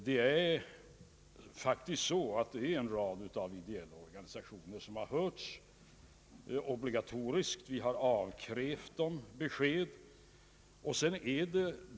Det är faktiskt så att en rad av ideella organisationer har hörts reguljärt och avkrävts besked.